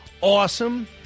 awesome